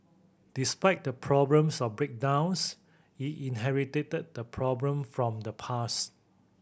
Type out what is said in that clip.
despite the problems of breakdowns he inherited the problem from the past